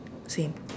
same